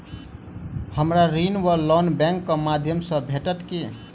हमरा ऋण वा लोन बैंक केँ माध्यम सँ भेटत की?